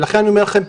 לכן אני אומר לכם,